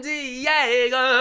Diego